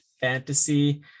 fantasy